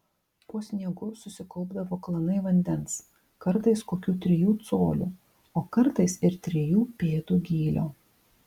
po sniegu susikaupdavo klanai vandens kartais kokių trijų colių o kartais ir trijų pėdų gylio